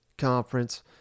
conference